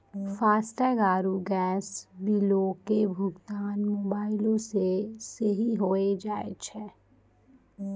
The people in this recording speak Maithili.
फास्टैग आरु गैस बिलो के भुगतान मोबाइलो से सेहो होय जाय छै